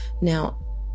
Now